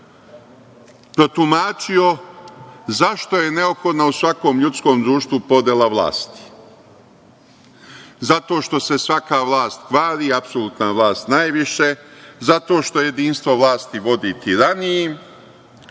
protumačio zašto je neophodno u svakom ljudskom društvu podela vlasti. Zato što se svaka vlast kvari, apsolutna vlast najviše. Zato što jedinstvo vlasti vodi tiraniji.